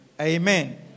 Amen